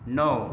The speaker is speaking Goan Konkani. णव